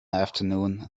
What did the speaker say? afternoon